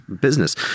business